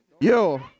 yo